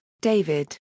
David